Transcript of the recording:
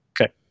Okay